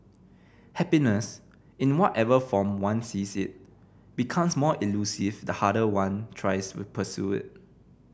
happiness in whatever form one sees it becomes more elusive the harder one tries to pursue it